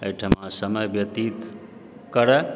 एहिठाम समय व्यतीत करै